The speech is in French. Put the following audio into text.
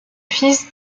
fils